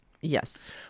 Yes